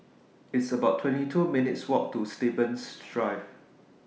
It's about twenty two minutes' Walk to Stevens Drive